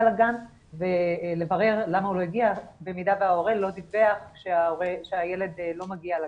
לגן ולברר למה הוא לא הגיע במידה שההורה לא דיווח שהילד לא מגיע לגן.